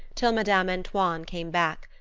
till madame antoine came back,